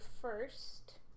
first